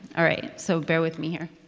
all right, so bear with me here.